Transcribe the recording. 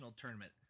Tournament